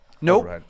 Nope